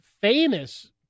famous